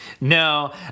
No